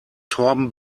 torben